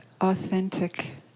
authentic